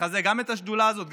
לחזק גם את השדולה הזאת,